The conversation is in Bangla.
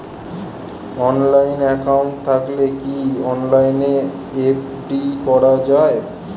অনলাইন একাউন্ট থাকলে কি অনলাইনে এফ.ডি করা যায়?